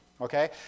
Okay